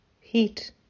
Heat